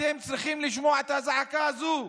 אתם צריכים לשמוע את הזעקה הזו.